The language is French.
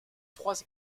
trois